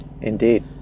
Indeed